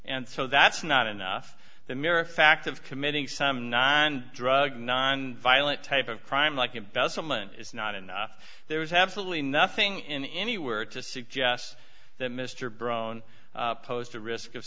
and so that's not enough the mere fact of committing some non drug non violent type of crime like embezzlement is not enough there is absolutely nothing in anywhere to suggest that mr brown posed a risk of